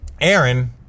Aaron